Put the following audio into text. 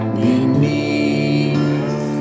beneath